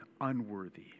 unworthy